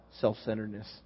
self-centeredness